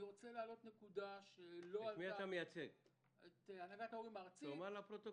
אני מייצג את הנהגת ההורים הארצית.